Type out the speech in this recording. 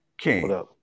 King